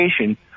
education